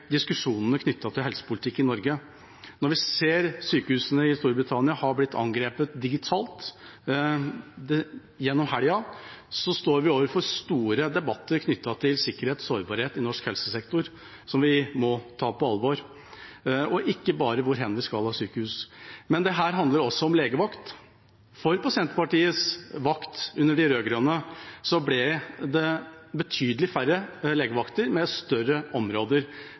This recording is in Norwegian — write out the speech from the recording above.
diskusjonene knyttet til helsepolitikk i Norge. Når vi ser at sykehusene i Storbritannia har blitt angrepet digitalt gjennom helgen, står vi overfor store debatter knyttet til sikkerhet og sårbarhet i norsk helsesektor, som vi må ta på alvor – og ikke bare debatter om hvor vi skal ha sykehus. Dette handler også om legevakt, for på Senterpartiets vakt, under de rød-grønnes regjeringstid, ble det betydelig færre legevakter, med større områder.